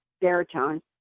baritone